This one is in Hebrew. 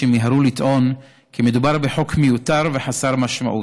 שמיהרו לטעון כי מדובר בחוק מיותר וחסר משמעות.